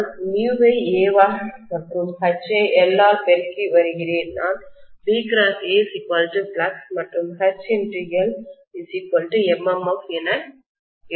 நான் ஐ A ஆல் மற்றும் H ஐ l ஆல் பெருக்கி வருகிறேன் நான் BA ஃப்ளக்ஸ் மற்றும் Hl MMF என எழுதுகிறேன்